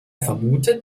vermutet